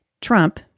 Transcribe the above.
Trump